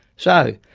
so,